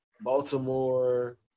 Baltimore